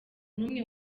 n’umwe